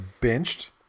benched